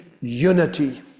unity